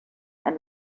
and